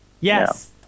Yes